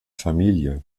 familie